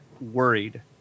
worried